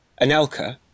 Anelka